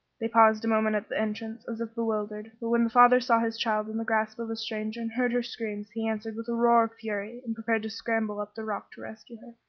they paused a moment at the entrance, as if bewildered, but when the father saw his child in the grasp of a stranger and heard her screams he answered with a roar of fury and prepared to scramble up the rock to rescue her.